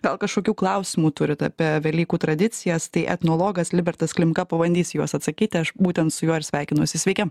gal kažkokių klausimų turit apie velykų tradicijas tai etnologas libertas klimka pabandys į juos atsakyti aš būtent su juo ir sveikinuosi sveiki